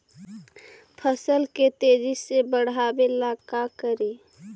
फसल के तेजी से बढ़ाबे ला का करि?